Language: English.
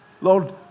Lord